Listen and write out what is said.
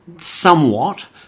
somewhat